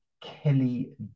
Kelly